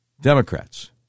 Democrats